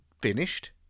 finished